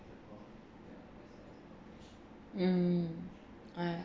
mm !aiya!